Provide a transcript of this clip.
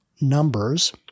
numbers